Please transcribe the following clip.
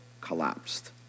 collapsed